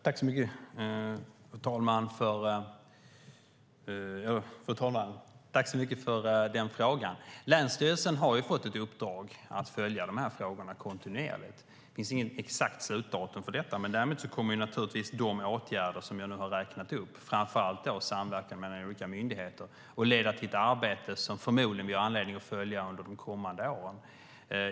Fru talman! Jag tackar Krister Örnfjäder så mycket för frågan. Länsstyrelsen har fått i uppdrag att följa de här frågorna kontinuerligt. Det finns inget exakt slutdatum för detta. Däremot kommer naturligtvis de åtgärder som jag räknat upp, framför allt vad gäller samverkan mellan olika myndigheter, att leda till ett arbete som vi förmodligen har anledning att följa under de kommande åren.